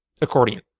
accordion